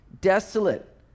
desolate